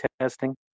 testing